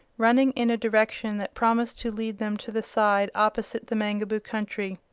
running in a direction that promised to lead them to the side opposite the mangaboo country.